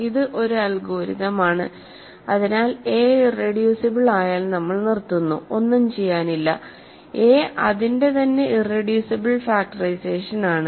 ഇത് ഒരു അൽഗോരിതം ആണ് അതിനാൽ എ ഇറെഡ്യൂസിബിൾ ആയാൽ നമ്മൾ നിർത്തുന്നു ഒന്നും ചെയ്യാനില്ല എ അതിൻറെ തന്നെ ഇറെഡ്യൂസിബിൾ ഫാക്ടറൈസേഷൻ ആണ്